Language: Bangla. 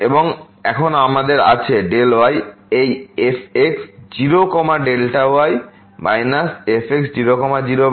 এবং এখন আমাদের আছে Δy এই fx0y fx00y এর জন্য